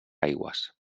aigües